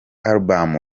album